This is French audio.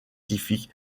scientifique